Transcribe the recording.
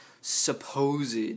supposed